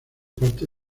parte